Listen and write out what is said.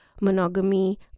monogamy